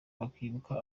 bakibuka